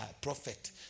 prophet